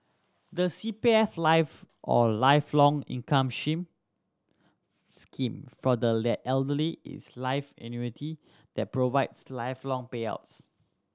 the C P F Life or Lifelong Income Shame Scheme for the Elderly is a life annuity that provides lifelong payouts